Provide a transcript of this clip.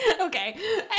Okay